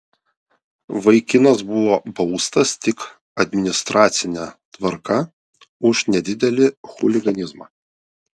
vaikinas buvo baustas tik administracine tvarka už nedidelį chuliganizmą